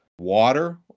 water